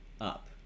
up